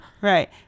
Right